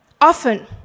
Often